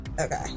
Okay